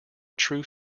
true